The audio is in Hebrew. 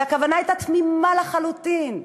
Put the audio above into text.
והכוונה הייתה תמימה לחלוטין,